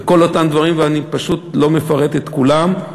בכל אותם דברים, ואני פשוט לא מפרט את כולם.